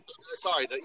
Sorry